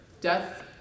Death